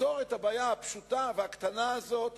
ותפתור את הבעיה הפשוטה והקטנה הזאת,